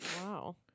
wow